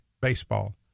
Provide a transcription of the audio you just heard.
baseball